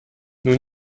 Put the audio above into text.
nous